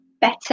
better